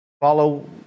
Follow